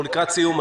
אנחנו לקראת סיום.